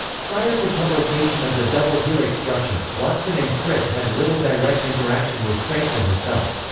prior to publication of the double helix structure, watson and crick had little direct interaction with franklin herself.